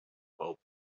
pulp